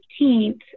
15th